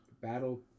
Battle